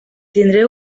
tindré